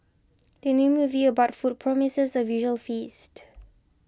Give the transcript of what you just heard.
the new movie about food promises a visual feast